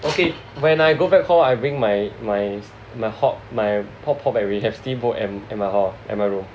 okay when I go back hall I bring my my my hot my hot pot back already and we have steam boat in my hall in my room